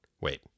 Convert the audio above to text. Wait